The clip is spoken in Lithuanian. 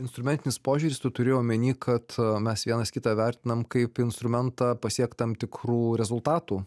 instrumentinis požiūris tu turi omeny kad mes vienas kitą vertinam kaip instrumentą pasiekt tam tikrų rezultatų